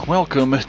Welcome